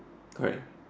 alright